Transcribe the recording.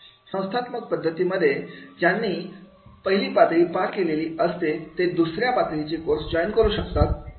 संस्थात्मक पद्धतीमध्ये ज्यांनी पहिली पातळी पार केलेली असते ते दुसऱ्या पातळीचा कोर्स जॉईन करू शकतात